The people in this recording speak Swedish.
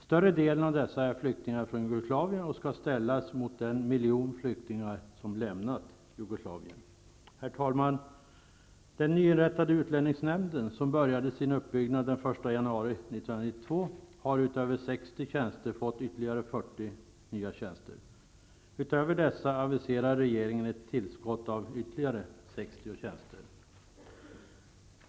Större delen av dessa är flyktingar från Jugoslavien, och det skall ställas mot den miljon flyktingar som lämnat Herr talman! Den nyinrättade utlänningsnämnden, som började sin uppbyggnad den 1 januari 1992, har utöver 60 tjänster fått ytterligare 40 tjänster. Dessutom aviserar regeringen ett tillskott av ytterligare 60 tjänster.